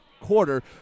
quarter